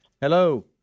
Hello